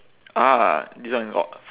ah this one got f~